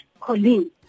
Colleen